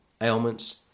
ailments